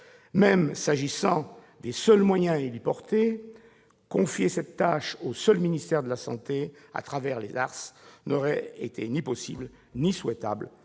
Même à propos des seuls moyens héliportés, confier cette tâche au seul ministère de la santé à travers les ARS n'aurait été ni possible ni souhaitable